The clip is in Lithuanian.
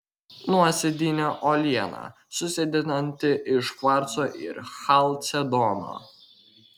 nuosėdinė uoliena susidedanti iš kvarco ir chalcedono